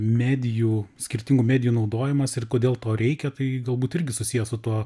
medijų skirtingų medijų naudojimas ir kodėl to reikia tai galbūt irgi susiję su tuo